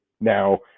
now